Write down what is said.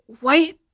white